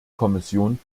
kommission